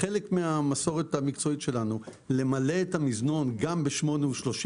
וזה חלק מהמסורת המקצועית שלנו למלא את המזנון גם ב-20:30,